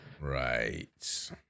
Right